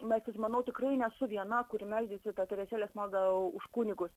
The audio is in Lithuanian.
matyt manau tikrai nesu viena kuri meldžiasi šitą teresėlės maldą už kunigus